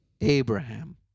Abraham